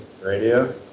Radio